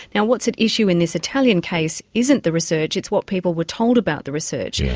yeah what's at issue in this italian case isn't the research, it's what people were told about the research, yeah